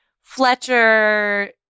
fletcher